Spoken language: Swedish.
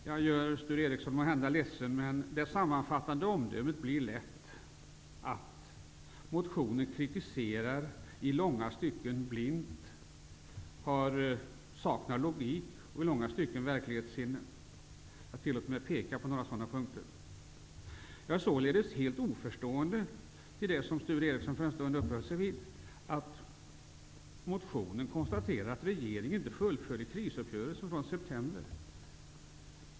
Jag gör måhända Sture Ericson ledsen, men det sammanfattande omdömet vid en genomläsning blir lätt att motionen i långa stycken kritiserar blint, utan logik och verklighetssinne. Jag tillåter mig att peka på några sådana punkter. Jag är oförstående inför det som Sture Ericson en stund uppehöll sig vid, nämligen att det i motionen konstateras att regeringen inte fullföljer krisuppgörelsen från i september.